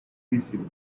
visible